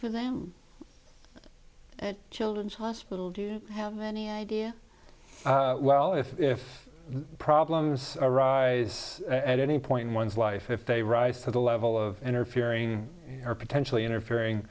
for them at children's hospital do you have any idea well if if problems arise at any point in one's life if they rise to the level of interfering or potentially interfering